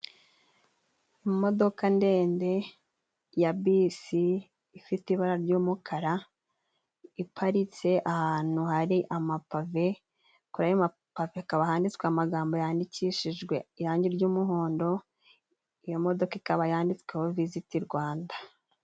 Imodoka ndende ya bisi, ifite ibara ry'umukara, iparitse ahantu hari amapave. Kuri ayo mapave, hakaba handitswe amagambo yandikishijwe irangi ry'umuhondo. Iyo modoka ikaba yanditsweho Visit Rwanda.